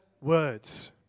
words